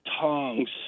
tongs